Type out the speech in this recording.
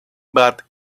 but